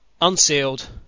Unsealed